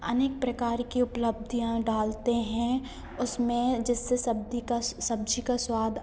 अनेक प्रकार की उपलब्धियाँ डालते हैं उसमें जिससे सब्दी का सब्ज़ी का स्वाद